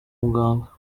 muganga